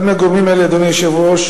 אחד מהגורמים האלה, אדוני היושב-ראש,